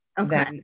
Okay